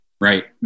right